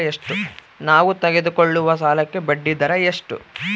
ನಾವು ತೆಗೆದುಕೊಳ್ಳುವ ಸಾಲಕ್ಕೆ ಬಡ್ಡಿದರ ಎಷ್ಟು?